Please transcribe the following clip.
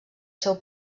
seu